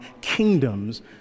kingdoms